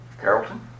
Carrollton